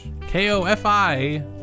K-O-F-I